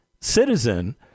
citizen